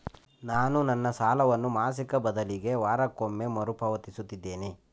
ನಾನು ನನ್ನ ಸಾಲವನ್ನು ಮಾಸಿಕ ಬದಲಿಗೆ ವಾರಕ್ಕೊಮ್ಮೆ ಮರುಪಾವತಿಸುತ್ತಿದ್ದೇನೆ